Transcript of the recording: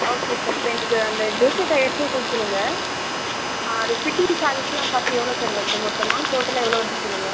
okay sir இப்போ எனக்கு அந்த ஜே கே டயர்ஸே கொடுத்துடுங்க அது ஃபிட்டிங் சார்ஜஸ்லாம் பார்த்து எவ்வளோ சார் வருது மொத்தமாக டோட்டலாக எவ்வளோ வருது சொல்லுங்கள்